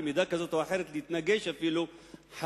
במידה כזאת או אחרת להתנגש אפילו חזיתית